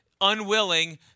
unwilling